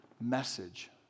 message